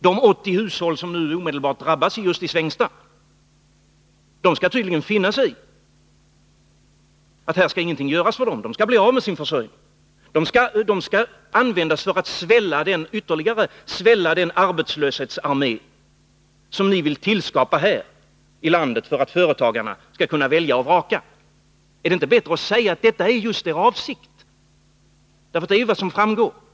De 80 hushåll som nu omedelbart drabbas just i Svängsta skall tydligen finna sig i att ingenting skall göras, att de skall bli av med sin försörjning. De skall användas för att ytterligare svälla den arbetslöshetsarmé som ni vill tillskapa här i landet för att företagarna skall kunna välja och vraka. Är det inte bättre att säga att just detta är er avsikt? Det är ju vad som framgår.